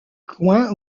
coins